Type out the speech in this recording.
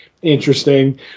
Interesting